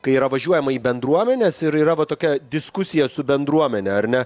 kai yra važiuojama į bendruomenes ir yra va tokia diskusija su bendruomene ar ne